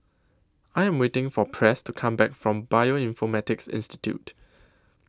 I Am waiting For Press to Come Back from Bioinformatics Institute